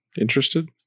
interested